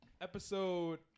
Episode